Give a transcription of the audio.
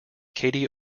katie